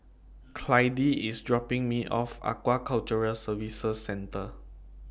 Clydie IS dropping Me off At Aquaculture Services Centre